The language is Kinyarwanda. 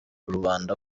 rubanda